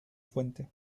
fuente